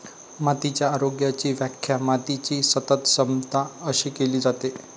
मातीच्या आरोग्याची व्याख्या मातीची सतत क्षमता अशी केली जाते